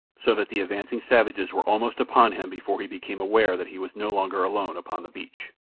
so that the advancing savages were almost upon him before he became aware that he was no longer alone upon the beach.